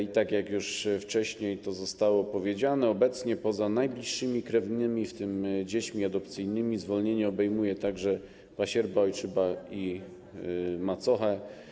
I tak jak już wcześniej to zostało powiedziane, obecnie poza najbliższymi krewnymi, w tym dziećmi adopcyjnymi, zwolnienie obejmuje także pasierba, ojczyma i macochę.